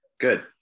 Good